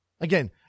Again